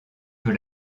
peu